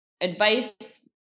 advice